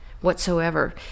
whatsoever